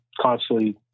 constantly